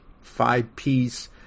five-piece